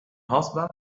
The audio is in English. husband